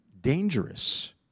dangerous